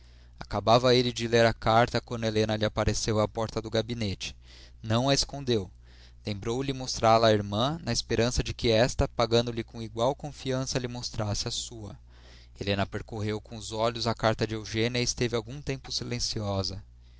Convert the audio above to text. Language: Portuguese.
acabava ele de ler a carta quando helena lhe apareceu à porta do gabinete não a escondeu lembrou-lhe mostrá la à irmã na esperança de que esta pagando lhe com igual confiança lhe mostrasse a sua helena percorreu com os olhos a carta de eugênia e esteve algum tempo silenciosa